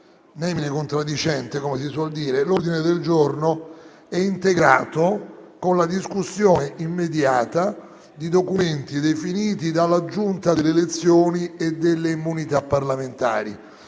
*nemine contradicente*, come si suol dire, l'ordine del giorno è integrato con la discussione immediata di documenti definiti dalla Giunta delle elezioni e delle immunità parlamentari.